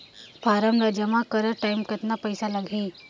Form ला जमा करत टाइम कतना पइसा लगही?